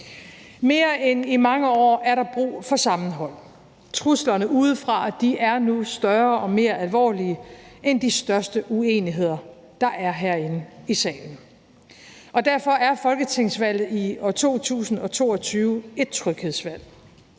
Mere end i mange år er der brug for sammenhold. Truslerne udefra er nu større og mere alvorlige end de største uenigheder, der er herinde i salen. Og derfor er folketingsvalget i år 2022 et tryghedsvalg: